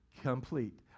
complete